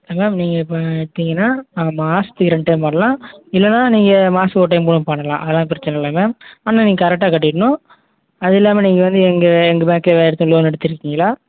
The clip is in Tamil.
மேம் நீங்கள் பார்த்தீங்கன்னா மாசத்துக்கு ரெண்டு டைம் வரலாம் இல்லைன்னா நீங்கள் மாசத்துக்கு ஒரு டைம் கூட பண்ணலாம் அதெலாம் பிரச்சனை இல்லை மேம் ஆனால் நீங் கரெக்டாக கட்டிடணும் அதுவும் இல்லாமல் நீங்கள் வந்து எங்கள் எங்கள் பேங்க்கில் வேறு ஏதாச்சும் லோன் எடுத்துருக்கீங்களா